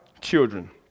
children